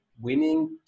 winning